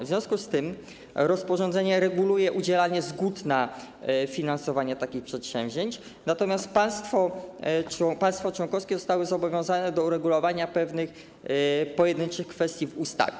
W związku z tym rozporządzenie reguluje udzielanie zgód na finansowanie takich przedsięwzięć, natomiast państwa członkowskie zostały zobowiązane do uregulowania pewnych pojedynczych kwestii w ustawie.